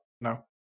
no